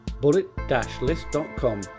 bullet-list.com